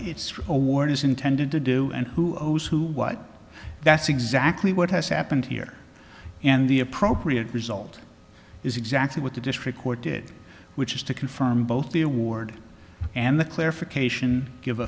for a war is intended to do and who owes who what that's exactly what has happened here and the appropriate result is exactly what the district court did which is to confirm both the award and the clarification give